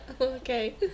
Okay